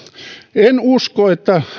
en usko että